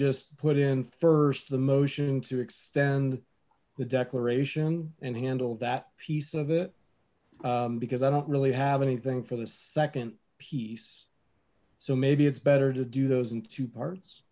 just put in first the motion to extend the declaration and handle that piece of it because i don't really have anything for the second piece so maybe it's better to do those in two parts